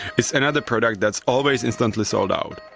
it's another product that's always instantly sold out,